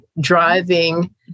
driving